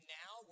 now